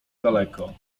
daleko